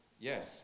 Yes